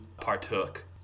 partook